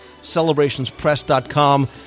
CelebrationsPress.com